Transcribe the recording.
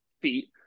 feet